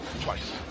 twice